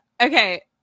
Okay